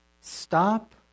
stop